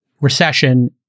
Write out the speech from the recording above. recession